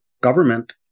government